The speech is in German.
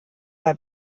bei